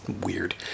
weird